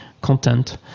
content